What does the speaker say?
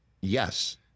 yes